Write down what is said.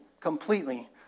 completely